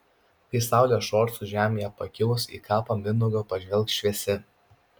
kai saulė ščorsų žemėje pakilus į kapą mindaugo pažvelgs šviesi